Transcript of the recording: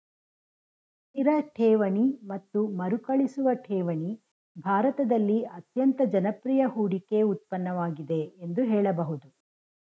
ಸ್ಥಿರ ಠೇವಣಿ ಮತ್ತು ಮರುಕಳಿಸುವ ಠೇವಣಿ ಭಾರತದಲ್ಲಿ ಅತ್ಯಂತ ಜನಪ್ರಿಯ ಹೂಡಿಕೆ ಉತ್ಪನ್ನವಾಗಿದೆ ಎಂದು ಹೇಳಬಹುದು